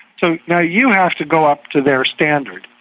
so now you have to go up to their standard.